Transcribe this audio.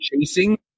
chasing